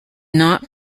not